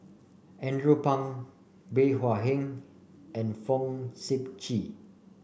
Andrew Phang Bey Hua Heng and Fong Sip Chee